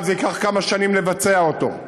זה ייקח כמה שנים לבצע אותו.